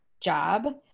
job